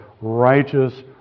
righteous